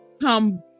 come